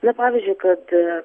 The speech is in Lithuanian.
na pavyzdžiui kad